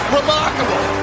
remarkable